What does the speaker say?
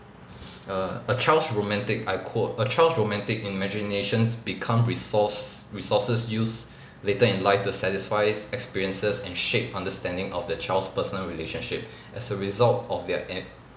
err a child's romantic I quote a child's romantic imaginations become resource resources used later in life to satisfy experiences and shape understanding of the child's personal relationship as a result of their a~